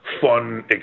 fun